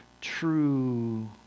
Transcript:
true